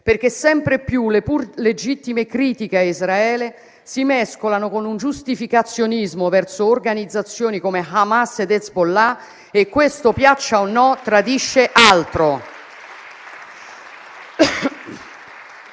perché sempre più le pur legittime critiche a Israele si mescolano con il giustificazionismo verso organizzazioni come Hamas ed Hezbollah e questo, piaccia o no, tradisce altro.